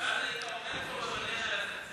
אתה אפילו לא יודע,